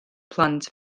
plant